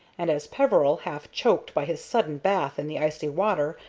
and as peveril, half-choked by his sudden bath in the icy water,